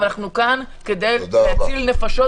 אבל אנחנו כאן כדי להציל נפשות,